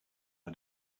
how